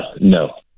no